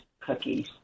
cookies